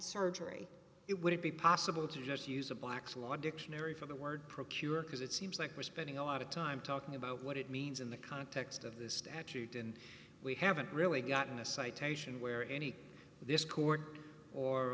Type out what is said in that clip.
surgery it wouldn't be possible to just use a black's law dictionary for the word procure because it seems like we're spending a lot of time talking about what it means in the context of this statute and we haven't really gotten a citation where any this court or